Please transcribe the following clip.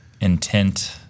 intent